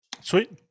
sweet